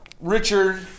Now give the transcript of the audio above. Richard